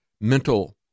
mental